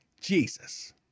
Jesus